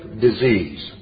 disease